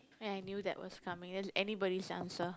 and I knew that was coming an~ anybody's answer